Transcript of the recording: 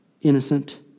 innocent